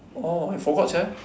orh I forgot sia